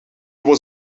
was